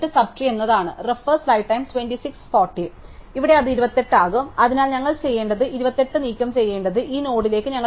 ഇവിടെ അത് 28 ആകും അതിനാൽ ഞങ്ങൾ ചെയ്യേണ്ടത് 28 നീക്കം ചെയ്യേണ്ട ഈ നോഡിലേക്ക് ഞങ്ങൾ പകർത്തും